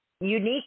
Unique